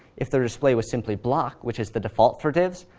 if they're displayed with simply block, which is the default for divs,